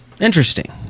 Interesting